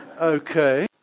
Okay